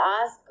ask